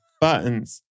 buttons